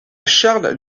charles